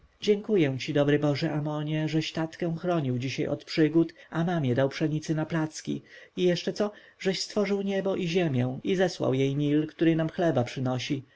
dziękuję ci dobry boży amonie żeś tatkę chronił dzisiaj od przygód a mamie dał pszenicy na placki i jeszcze co żeś stworzył niebo i ziemię i zesłał jej nil który nam chleb przynosi